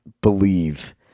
believe